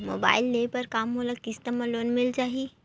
Mobile ले बर का मोला किस्त मा लोन मिल जाही?